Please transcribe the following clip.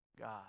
God